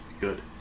Good